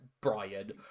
brian